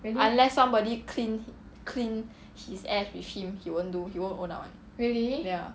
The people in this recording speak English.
unless somebody clean clean his F with him he won't do he won't own up [one] ya